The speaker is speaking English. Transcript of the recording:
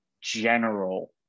general